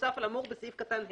נוסף על האמור בסעיף קטן (ה)."